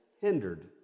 hindered